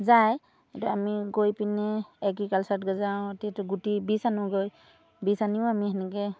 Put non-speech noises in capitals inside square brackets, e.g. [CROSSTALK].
যায় সেইটো আমি গৈ পিনে এগ্ৰিকালচাৰত গৈ যাওঁ [UNINTELLIGIBLE] গুটি বীজ আনোগৈ বীজ আনিও আমি সেনেকৈ